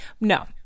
No